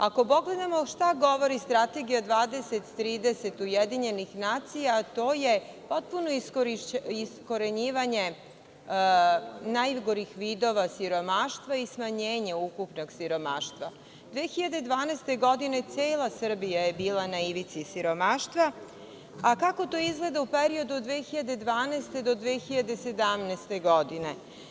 Ako pogledamo šta govori Strategija 2030 UN, a to je potpuno iskorenjivanje najgorih vidova siromaštva i smanjenje ukupnog siromaštva, 2012. godine cela Srbija je bila na ivici siromaštva, a kako to izgleda u periodu od 2012. do 2017. godine?